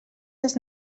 les